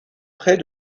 près